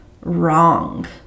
wrong